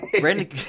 Brandon